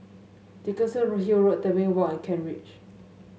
Dickenson Road Hill Road Tebing Walk and Kent Ridge